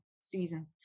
season